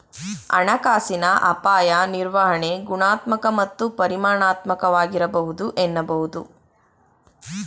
ಹಣಕಾಸಿನ ಅಪಾಯ ನಿರ್ವಹಣೆ ಗುಣಾತ್ಮಕ ಮತ್ತು ಪರಿಮಾಣಾತ್ಮಕವಾಗಿರಬಹುದು ಎನ್ನಬಹುದು